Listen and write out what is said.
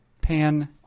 pan –